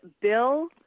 Bill